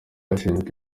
ashinjwa